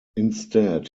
instead